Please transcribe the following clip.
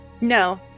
No